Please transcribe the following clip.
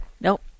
Nope